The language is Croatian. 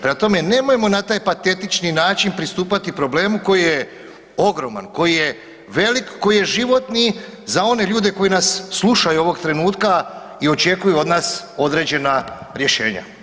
Prema tome, nemojmo na taj patetični način pristupati problemu koji je ogroman, koji je velik, koji je životni za one ljude koji nas slušaju ovog trenutka i očekuju od nas određena rješenja.